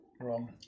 wrong